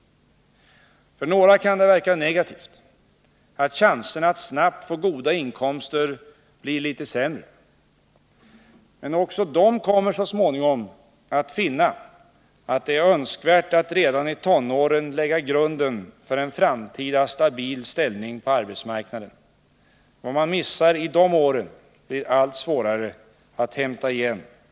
För några kan det verka negativt att chanserna att snabbt få goda inkomster blir litet sämre. Men också de kommer så småningom att finna att det är önskvärt att redan i tonåren lägga grunden för en framtida stabil ställning på arbetsmarknaden. Vad man missar i de åren blir allt svårare att hämta igen ju äldre man blir.